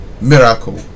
miracle